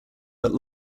but